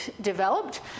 developed